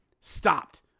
Stopped